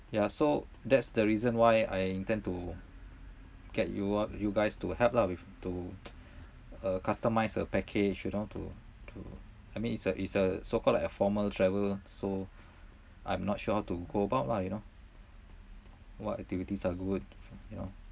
yeah so that's the reason why I intend to get you all you guys to help lah with to uh customise a package you know to to I mean it's a it's a so called like a formal travel lah so I'm not sure how to go about lah you know what activities are good you know